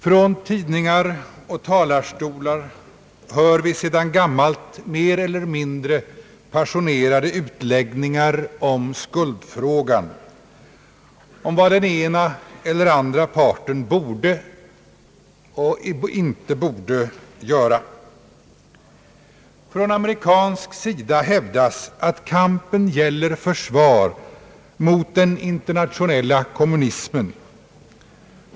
Från tidningar och talarstolar hör vi sedan länge mer eller mindre passionerade utläggningar om skuldfrågan, om vad den ena eller andra borde och inte borde göra. Från amerikansk sida hävdas att kampen gäller försvar mot den internationella kommunismen.